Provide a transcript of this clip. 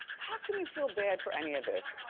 how can you feel bad for any of this?